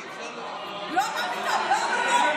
לא, מה פתאום?